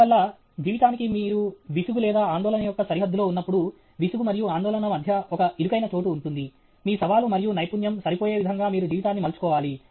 అందువల్ల జీవితానికి మీరు విసుగు లేదా ఆందోళన యొక్క సరిహద్దులో ఉన్నప్పుడు విసుగు మరియు ఆందోళనల మధ్య ఒక ఇరుకైన చోటు ఉంటుంది మీ సవాలు మరియు నైపుణ్యం సరిపోయే విధంగా మీరు జీవితాన్ని మలుచుకోవాలి